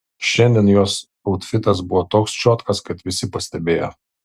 šiandien jos autfitas buvo toks čiotkas kad visi pastebėjo